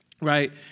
right